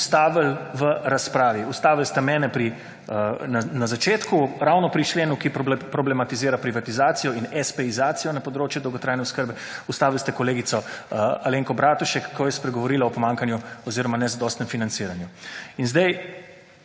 ustavili v razpravi. Ustavili ste mene na začetku ravno pri členu, ki problematizira privatizacijo in »espeizacijo« na področju dolgotrajne oskrbe. Ustavili ste kolegico Alenko Bratušek, ko je spregovorila o pomanjkanju oziroma nezadostnem financiranju. Dejstvo